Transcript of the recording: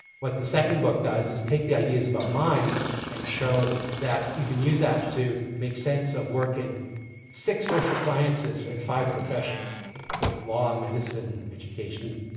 what the second book does is take the ideas about mind and show that you can use that to make sense of work in six social sciences and five professions. like law, medicine, education,